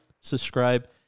subscribe